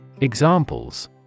Examples